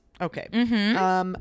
Okay